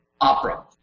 opera